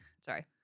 Sorry